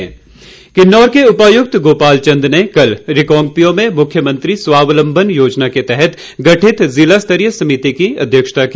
गोपाल चंद किन्नौर के उपायुक्त गोपाल चंद ने कल रिकांगपिओ में मुख्यमंत्री स्वावलंबन योजना के तहत गठित जिला स्तरीय समिति की अध्यक्षता की